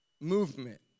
movement